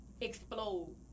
explode